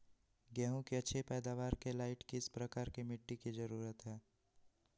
गेंहू की अच्छी पैदाबार के लाइट किस प्रकार की मिटटी की जरुरत है?